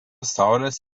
saulės